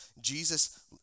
Jesus